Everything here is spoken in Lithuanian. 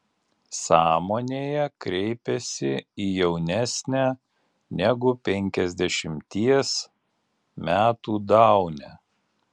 sąmonėje kreipiasi į jaunesnę negu penkiasdešimties metų daunę